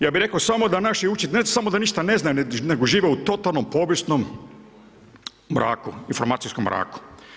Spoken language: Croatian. Ja bi rekao samo da naši učenici ne samo ništa ne znaju nego žive u totalnom povijesnom mraku, informacijskom mraku.